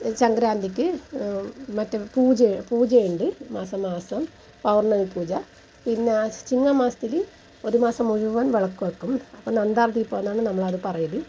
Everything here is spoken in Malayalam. സംക്രാന്തിക്ക് മറ്റും പൂജ പൂജയുണ്ട് മാസം മാസം പൗർണ്ണമി പൂജ പിന്നെ ചിങ്ങമാസത്തിൽ ഒരു മാസം മുഴുവൻ വിളക്കു വെക്കും നമ്മൾ അതു പറയല്